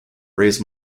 raise